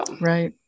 Right